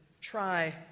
try